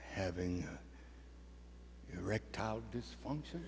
having erectile dysfunction